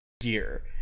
gear